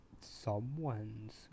someone's